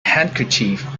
handkerchief